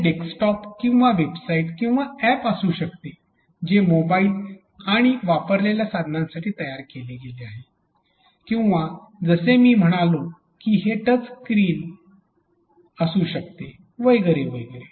हे डेस्कटॉप किंवा वेबसाइट किंवा अॅप असू शकते जे मोबाइल आणि वापरलेल्या साधनांसाठी तयार केले गेले आहे किंवा जसे मी म्हणालो की हे साधन टच स्क्रीन असू शकते वगैरे वगैरे